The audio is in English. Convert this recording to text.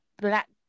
black